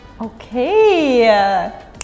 Okay